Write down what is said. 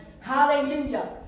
Hallelujah